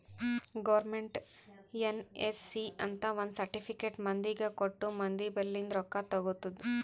government NSC ಅಂತ್ ಒಂದ್ certificate ಮಂದಿಗ ಕೊಟ್ಟು ಮಂದಿ ಬಲ್ಲಿಂದ್ ರೊಕ್ಕಾ ತಗೊತ್ತುದ್